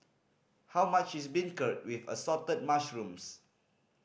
how much is beancurd with Assorted Mushrooms